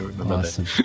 awesome